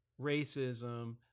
racism